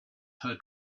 her